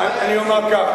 אני אומר כך,